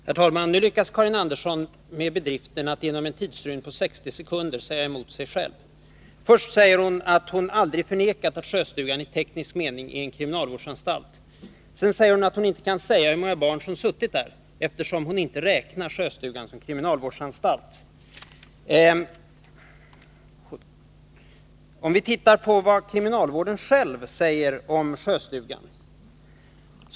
Herr talman! Nu lyckas Karin Andersson med bedriften att inom en tidsrymd på 60 sekunder säga emot sig själv. Först säger hon att hon aldrig förnekat att Sjöstugan i teknisk mening är en 183 kriminalvårdsanstalt. Sedan säger hon att hon inte kan säga hur många barn som suttit där eftersom hon inte räknar Sjöstugan som en kriminalvårdsanstalt. Låt oss se på vad kriminalvården själv säger om Sjöstugan!